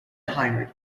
hired